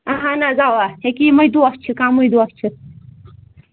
اَہَن حظ اَوا ہیٚکیٛاہ یِمَے دۄہ چھِ کَمٕے دۄہ چھِ